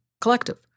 collective